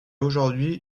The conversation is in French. aujourd’hui